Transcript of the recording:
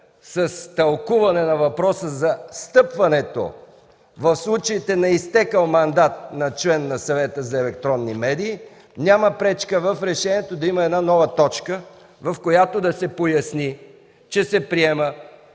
с тълкуване на въпроса за встъпването в случаите на изтекъл мандат на член на Съвета за електронни медии, няма пречка в решението да има една нова точка, в която да се поясни, че се приема